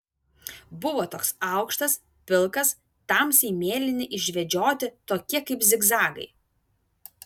buvo toks aukštas pilkas tamsiai mėlyni išvedžioti tokie kaip zigzagai